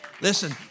Listen